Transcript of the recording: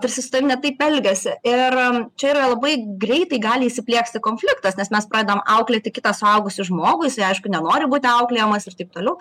tarsi su tavim ne taip elgiasi ir čia yra labai greitai gali įsiplieksti konfliktas nes mes pradedam auklėti kitą suaugusį žmogų aišku nenori būti auklėjamas ir taip toliau